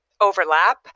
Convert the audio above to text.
overlap